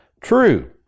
true